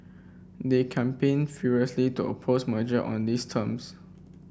they campaigned furiously to oppose merger on these terms